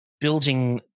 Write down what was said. building